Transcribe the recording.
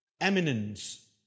eminence